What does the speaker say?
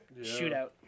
Shootout